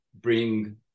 bring